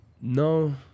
no